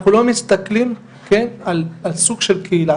אנחנו לא מסתכלים על סוג של קהילה,